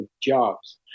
jobs